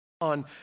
on